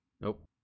Nope